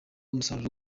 umusaruro